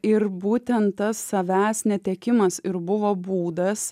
ir būtent tas savęs netekimas ir buvo būdas